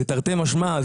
זה תרתי משמע,